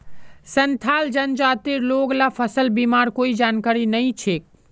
संथाल जनजातिर लोग ला फसल बीमार कोई जानकारी नइ छेक